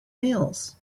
mills